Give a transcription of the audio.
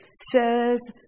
says